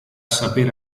sapere